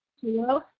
Hello